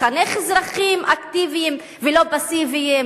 לחנך אזרחים אקטיביים ולא פסיביים,